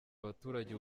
abaturage